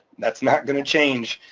that's not gonna change,